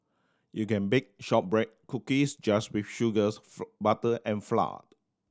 you can bake shortbread cookies just with sugars butter and flour